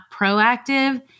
proactive